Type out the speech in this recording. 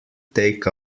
take